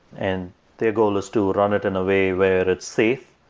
and their goal is to run it in a way where it's safe,